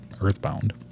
earthbound